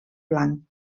blanc